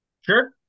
Sure